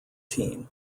team